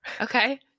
Okay